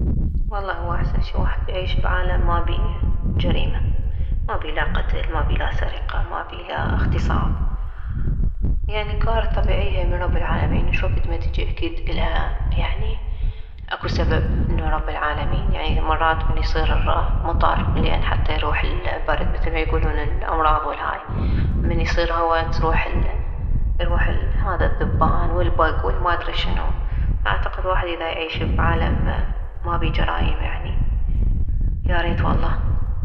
والله هو احسن شي واحد يعيش بعالم ما بيه جريمة مابيه لا قتل مابيه لا سرقة ما بيه لا اغتصاب يعني كوارث طبيعية من رب العالمين شوكت ماتجي الها يعني اكو سبب انه رب العالمين يعني مرات من يصير مطر لان حتى يروح البرد مثل ما يكولون الامراض والهاي من يصير هوى تروح يروح الهذا الذبان والبك والما ادري شنو فاعتقد واحد اذا يعيش واحد بعالم ما بيه جرائم يعني ياريت والله